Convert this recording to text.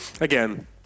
again